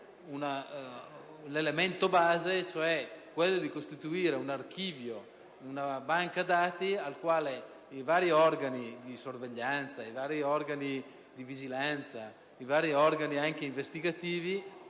elemento base volto a costituire un archivio, una banca dati, al quale i vari organi di sorveglianza, di vigilanza e investigativi,